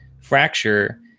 Fracture